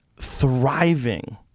thriving